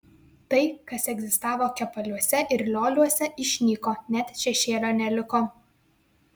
tai kas egzistavo kepaliuose ir lioliuose išnyko net šešėlio neliko